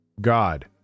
God